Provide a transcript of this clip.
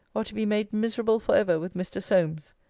or to be made miserable for ever with mr. solmes.